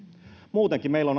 muutenkin meillä on